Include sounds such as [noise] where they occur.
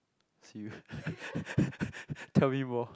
serious [breath] tell me more